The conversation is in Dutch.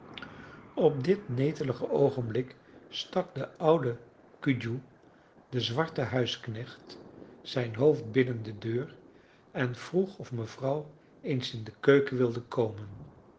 op dit netelige oogenblik stak de oude cudjoe de zwarte huisknecht zijn hoofd binnen de deur en vroeg of mevrouw eens in de keuken wilde komen